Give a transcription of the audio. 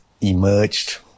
emerged